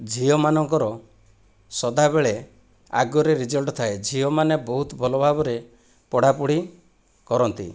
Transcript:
ଝିଅମାନଙ୍କର ସଦାବେଳେ ଆଗରେ ରେଜଲ୍ଟ ଥାଏ ଝିଅମାନେ ବହୁତ ଭଲ ଭାବରେ ପଢ଼ା ପଢ଼ି କରନ୍ତି